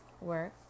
work